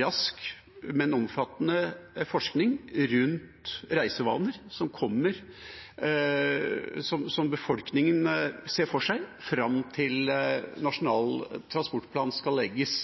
rask, men omfattende forskning – rundt reisevaner som kommer, og som befolkningen ser for seg, fram til Nasjonal transportplan skal legges.